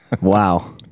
Wow